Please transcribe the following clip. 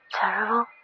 Terrible